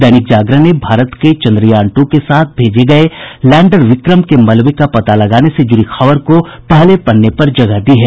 दैनिक जागरण ने भारत के चन्द्रयान टू के साथ भेजे गये लैंडर विक्रम के मलबे का पता लगने से जुड़ी खबर को पहले पन्ने पर जगह दी है